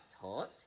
taught